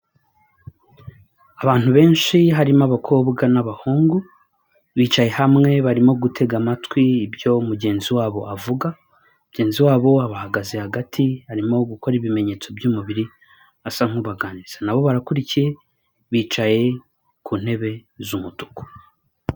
Abantu benshi harimo abakobwa n'abahungu, bicaye hamwe barimo gutega amatwi ibyo mugenzi wabo avuga, mugenzi wabo abahagaze hagati, arimo gukora ibimenyetso by'umubiri asa nk'ubaganiriza, na bo barakurikiye, bicaye ku ntebe z'umutuku.